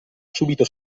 subito